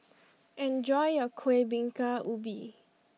enjoy your Kueh Bingka Ubi